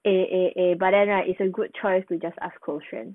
eh eh eh but then right is a good choice to just ask ke xuan